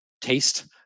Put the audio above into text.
taste